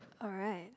alright